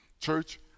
Church